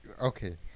Okay